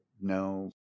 No